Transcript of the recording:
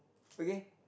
okay